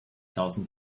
thousand